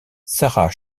sarah